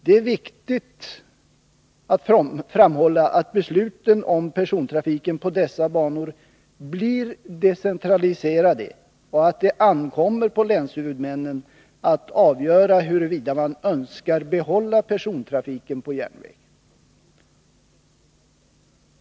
Det är viktigt att framhålla att besluten om persontrafiken på dessa banor blir decentraliserade och att det ankommer på länshuvudmännen att avgöra huruvida man önskar behålla persontrafiken på järnväg.